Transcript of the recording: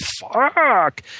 fuck